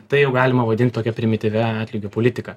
tai jau galima vadint tokia primityvia atlygio politika